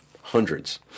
hundreds